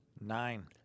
Nine